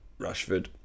Rashford